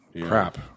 crap